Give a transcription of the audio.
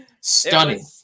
Stunning